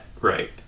right